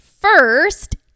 first